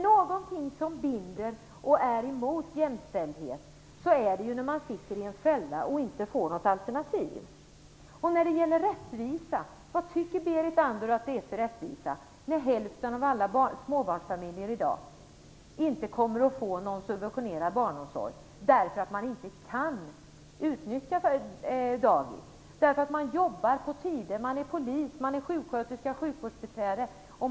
Något som binder och är emot jämställdhet är den fälla som gör att det inte finns något alternativ. Vad tycker Berit Andnor att det är för rättvisa när hälften av alla småbarnsfamiljer i dag inte kommer att få någon subventionerad barnomsorg därför att de inte kan utnyttja dagis? De jobbar oregelbundna tider - de är poliser, sjuksköterskor eller sjukvårdsbiträden.